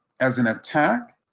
as an attack,